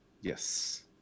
Yes